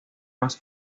más